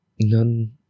none